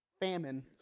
famine